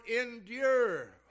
endure